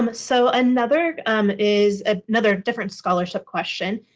um so another um is ah another different scholarship question.